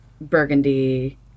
Burgundy